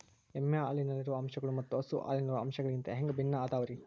ಎಮ್ಮೆ ಹಾಲಿನಲ್ಲಿರೋ ಅಂಶಗಳು ಮತ್ತ ಹಸು ಹಾಲಿನಲ್ಲಿರೋ ಅಂಶಗಳಿಗಿಂತ ಹ್ಯಾಂಗ ಭಿನ್ನ ಅದಾವ್ರಿ?